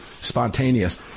spontaneous